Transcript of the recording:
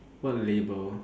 what label